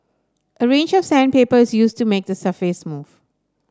a range of sandpaper is used to make the surface smooth